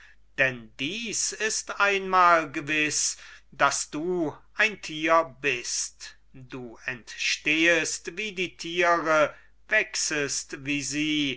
denn das ist einmal gewiß daß du ein tier bist du entstehest wie die tiere wächsest wie sie